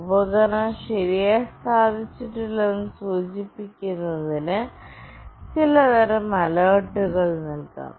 ഉപകരണം ശരിയായി സ്ഥാപിച്ചിട്ടില്ലെന്ന് സൂചിപ്പിക്കുന്നതിന് ചിലതരം അലേർട്ടുകൾ നൽകാം